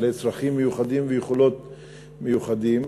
בעלי צרכים מיוחדים ויכולות מיוחדות,